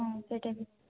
ହଁ ସେଇଟା ବି